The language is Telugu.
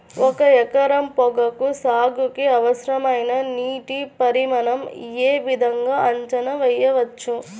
ఒక ఎకరం పొగాకు సాగుకి అవసరమైన నీటి పరిమాణం యే విధంగా అంచనా వేయవచ్చు?